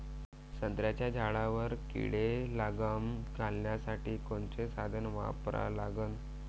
संत्र्याच्या झाडावर किडीले लगाम घालासाठी कोनचे साधनं वापरा लागन?